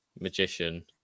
magician